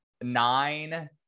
nine